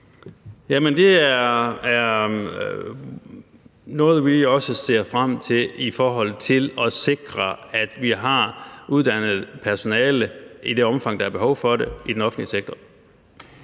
Det er noget, vi også ser frem til, i forhold til at sikre, at vi har uddannet personale i det omfang, der